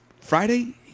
Friday